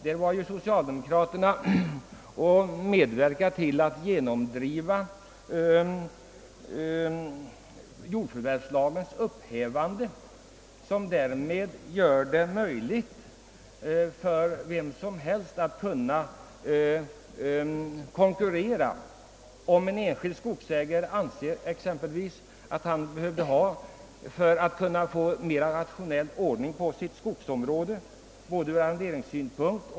Det var socialdemokraterna som medverkade till att genomdriva jordförvärvslagens upphävande, varigenom det blir möjligt för vem som helst att kunna konkurrera, om en enskild skogsägare anser sig behöva mera skog för rationell ordning på sitt skogsområde ur arronderingssynpunkt.